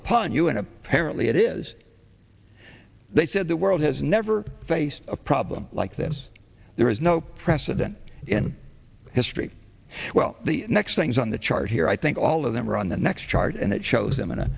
upon you and apparently it is they said the world has never faced a problem like this there is no precedent in history well the next things on the chart here i think all of them are on the next chart and it shows him in a